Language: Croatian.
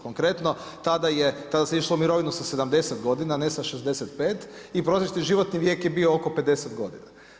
Konkretno tada je, tada se išlo u mirovinu sa 70 godina a ne 65 i prosječni životni vijek je bio oko 50 godina.